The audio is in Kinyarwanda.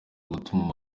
gutuma